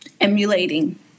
emulating